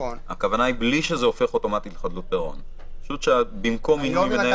את זה אתם תודיעו לאנשים כשאתם מתייעצים איתם.